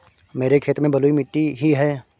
मेरे खेत में बलुई मिट्टी ही है